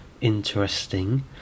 interesting